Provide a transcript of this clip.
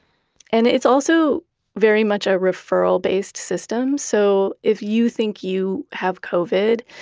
and it's also very much a referral-based system. so, if you think you have covid,